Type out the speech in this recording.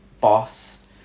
boss